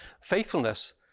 Faithfulness